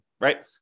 right